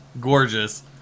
gorgeous